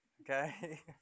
Okay